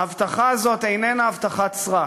ההבטחה הזאת איננה הבטחת סרק.